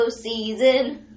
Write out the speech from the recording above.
season